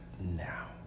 now